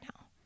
now